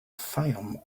fayoum